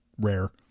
rare